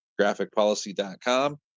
graphicpolicy.com